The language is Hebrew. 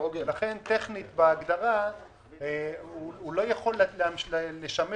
לכן טכנית בהגדרה הוא לא יכול לשמש